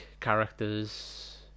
characters